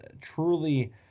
truly –